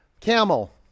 Camel